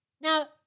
Now